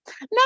no